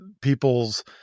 people's